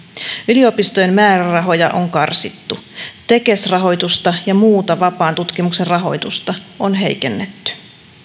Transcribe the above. yliopistojen määrärahoja on karsittu tekes rahoitusta ja muuta vapaan tutkimuksen rahoitusta on heikennetty